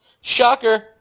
Shocker